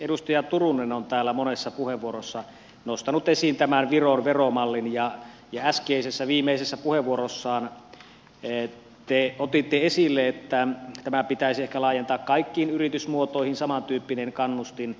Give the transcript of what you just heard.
edustaja turunen on täällä monessa puheenvuorossa nostanut esiin tämän viron veromallin ja äskeisessä viimeisessä puheenvuorossanne te otitte esille että tämä samantyyppinen kannustin pitäisi ehkä laajentaa kaikkiin yritysmuotoihin